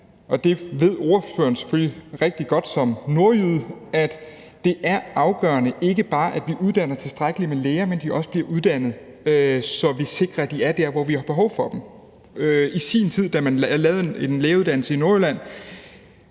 det ved ordføreren selvfølgelig rigtig godt som nordjyde – at det er afgørende ikke bare, at vi uddanner tilstrækkeligt med læger, men også, at de bliver uddannet, så vi sikrer, at de er der, hvor vi har behov for dem. I sin tid, da man lavede en lægeuddannelse i Nordjylland,